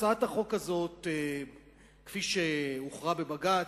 הצעת החוק הזאת כפי שהוכרע בבג"ץ,